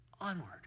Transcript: onward